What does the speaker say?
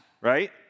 right